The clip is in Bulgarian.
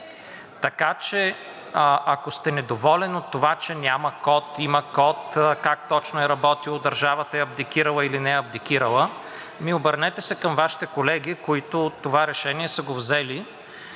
Така че, ако сте недоволен от това, че няма код, има код, как точно е работило, държавата е абдикирала или не е абдикирала, обърнете се към Вашите колеги, които са взели